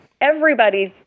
everybody's